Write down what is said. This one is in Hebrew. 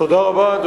תודה רבה,